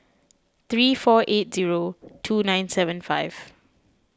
three four eight zero two nine seven five